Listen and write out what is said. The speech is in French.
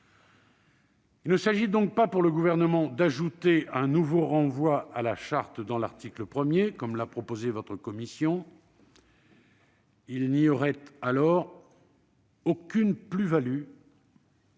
Il ne s'agit donc pas, pour le Gouvernement, d'ajouter un nouveau renvoi à la Charte dans l'article 1, comme l'a proposé votre commission : il n'y aurait alors aucune plus-value